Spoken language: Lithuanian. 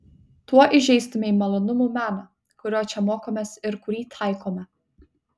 tuo įžeistumei malonumų meną kurio čia mokomės ir kurį taikome